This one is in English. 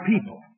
people